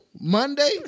Monday